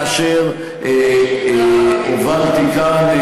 כאשר הובלתי כאן,